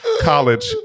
college